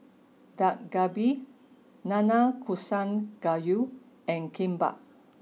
Dak Galbi Nanakusa Gayu and Kimbap